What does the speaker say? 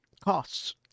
costs